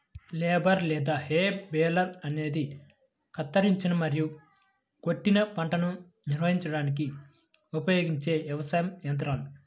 baler లేదా hay baler అనేది కత్తిరించిన మరియు కొట్టిన పంటను నిర్వహించడానికి ఉపయోగించే వ్యవసాయ యంత్రాల